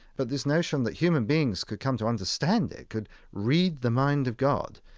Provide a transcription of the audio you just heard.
but this notion that human beings could come to understand it, could read the mind of god,